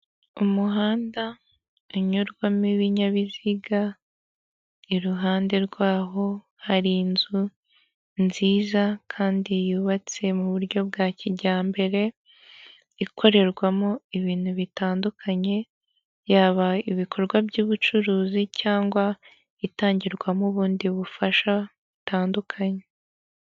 Umuhanda unyurwamo ibinyabiziga iruhande rwaho hari inzu nziza kandi yubatse mu buryo bwa kijyambere, ikorerwamo ibintu bitandukanye yaba ibikorwa by'ubucuruzi, cyangwa itangirwamo ubundi bufasha butandukanye.